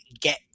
get